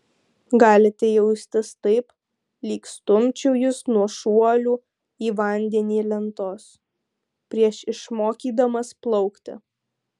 galite jaustis taip lyg stumčiau jus nuo šuolių į vandenį lentos prieš išmokydamas plaukti